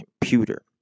computer